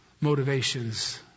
motivations